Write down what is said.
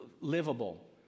livable